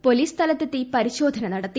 police സ്ഥലത്തെത്തി പരിശോധന നടത്തി